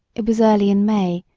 it was early in may,